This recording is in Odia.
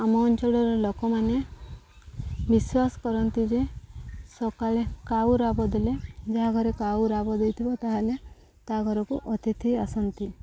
ଆମ ଅଞ୍ଚଳର ଲୋକମାନେ ବିଶ୍ୱାସ କରନ୍ତି ଯେ ସକାଳେ କାଉ ରାବ ଦେଲେ ଯାହା ଘରେ କାଉ ରାବ ଦେଇଥିବ ତା'ହେଲେ ତା ଘରକୁ ଅତିଥି ଆସନ୍ତି